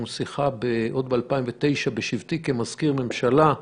שיחה עוד ב-2009 בשבתי כמזכיר ממשלה.